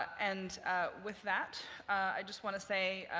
and with that i just want to say,